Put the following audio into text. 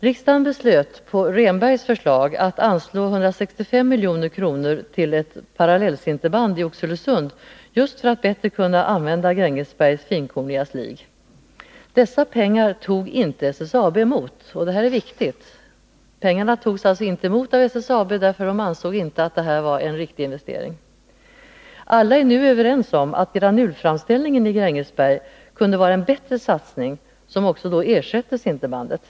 Riksdagen beslöt på Bertil Rehnbergs förslag att anslå 165 milj.kr. till ett parallellsinterband i Oxelösund, just för att man bättre skulle kunna använda Grängesbergs finkorniga slig. Dessa pengar tog SSAB inte emot. Detta är viktigt — pengarna togs alltså inte emot av SSAB, därför att man ansåg att detta inte var en riktig investering. Alla är nu överens om att granulframställningen i Grängesberg kunde vara en bättre satsning, som då också ersätter sinterbandet.